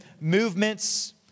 movements